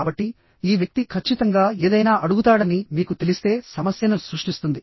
కాబట్టి ఈ వ్యక్తి ఖచ్చితంగా ఏదైనా అడుగుతాడని మీకు తెలిస్తే సమస్యను సృష్టిస్తుంది